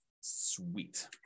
Sweet